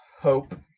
hope